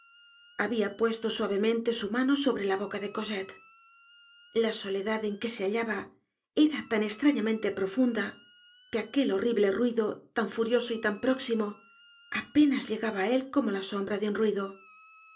habia puesto suavemente su mano sobre la boca de cosette la soledad en que se hallaba era lan estrañamente profunda que aquel horrible ruido tan furioso y tan próximo apenas llegaba á él como la sombra de un ruido